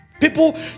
people